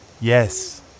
Yes